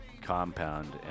compound